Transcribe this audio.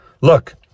Look